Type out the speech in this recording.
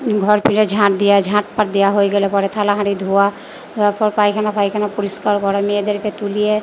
ঘর ফিরে ঝাঁট দিয়া ঝাঁট ফাঁট দেয়া হয়ে গেলে পরে থালা হাঁড়ি ধোয়া ধোয়ার পর পাইখানা ফাইখানা পরিষ্কার করা মেয়েদেরকে তুলিয়ে